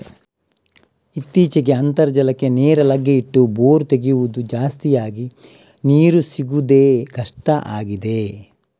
ಇತ್ತೀಚೆಗೆ ಅಂತರ್ಜಲಕ್ಕೆ ನೇರ ಲಗ್ಗೆ ಇಟ್ಟು ಬೋರು ತೆಗೆಯುದು ಜಾಸ್ತಿ ಆಗಿ ನೀರು ಸಿಗುದೇ ಕಷ್ಟ ಆಗಿದೆ